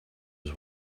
his